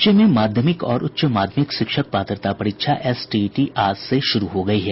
राज्य में माध्यमिक और उच्च माध्यमिक शिक्षक पात्रता परीक्षा एसटीईटी आज से शुरू हो गयी है